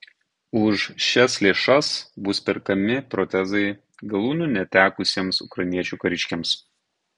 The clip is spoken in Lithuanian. už šias lėšas bus perkami protezai galūnių netekusiems ukrainiečių kariškiams